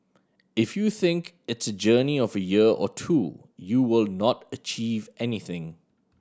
if you think it's journey of year or two you will not achieve anything